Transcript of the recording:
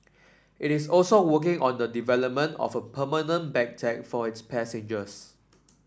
it is also working on the development of a permanent bag tag for its passengers